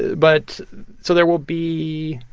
but so there will be.